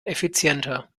effizienter